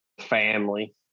family